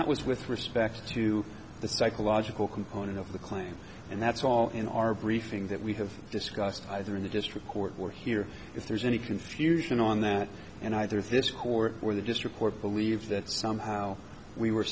that was with respect to the psychological component of the claim and that's all in our briefing that we have discussed either in the district court or here if there's any confusion on that and either this court or the just report believes that somehow we were